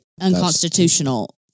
unconstitutional